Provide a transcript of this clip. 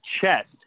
chest